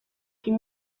une